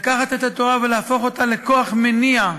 לקחת את התורה ולהפוך אותה לכוח מניע,